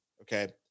Okay